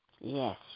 Yes